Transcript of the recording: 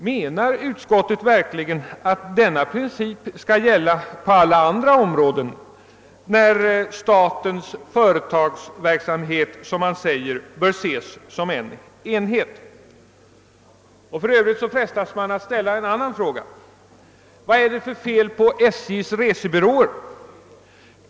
Menar utskottet verkligen att denna princip skall gälla på alla andra områden, när statens företagsamhet, såsom man säger, bör ses som en enhet? För övrigt frestas man också ställa en annan fråga. Vad är det för fel på SJ:s resebyråer?